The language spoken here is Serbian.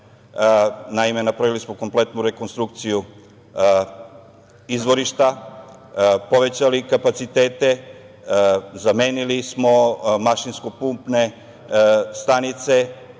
Naime, napravili smo kompletnu rekonstrukciju izvorišta, povećali kapacitete, zamenili smo mašinsko–pumpne stanice,